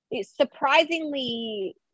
surprisingly